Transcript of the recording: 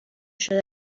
شده